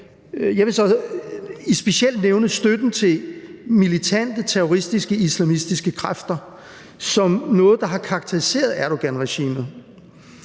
jeg vil specielt nævne støtten til militante terroristiske, islamistiske kræfter som noget, der har karakteriseret Erdoganregimet.